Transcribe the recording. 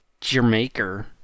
Jamaica